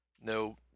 no